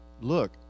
look